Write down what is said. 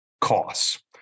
costs